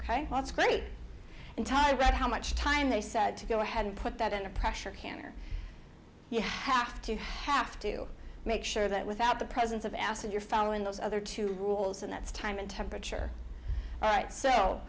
what's great and time right how much time they said to go ahead and put that in a pressure canner you have to have to make sure that without the presence of acid you're following those other two rules and that's time and temperature all right so